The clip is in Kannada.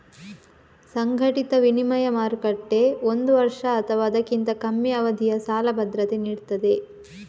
ಸಂಘಟಿತ ವಿನಿಮಯ ಮಾರುಕಟ್ಟೆ ಒಂದು ವರ್ಷ ಅಥವಾ ಅದಕ್ಕಿಂತ ಕಮ್ಮಿ ಅವಧಿಯ ಸಾಲ ಭದ್ರತೆ ನೀಡ್ತದೆ